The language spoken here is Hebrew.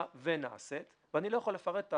ואני לא יכול לפרט.